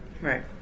Right